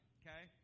okay